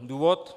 Důvod?